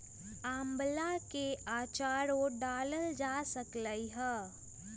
आम्ला के आचारो डालल जा सकलई ह